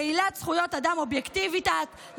פעילת זכויות אדם אובייקטיבית את,